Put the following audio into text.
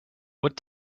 what